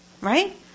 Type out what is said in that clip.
Right